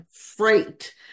freight